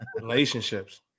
Relationships